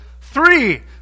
three